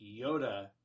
yoda